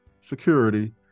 security